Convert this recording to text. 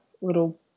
little